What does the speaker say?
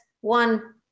one